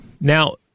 Now